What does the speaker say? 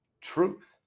truth